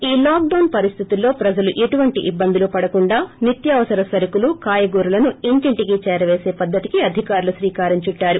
ఈ లాక్డొస్ పరిస్దితుల్లో ప్రజలు ఎటువంటి ఇబ్బందులు పడకుండా నిత్యావసర సరకులు కాయగూరలను ఇంటింటికీ చేరవేస పద్దతికి అధికారులు శ్రీకారం చుట్టారు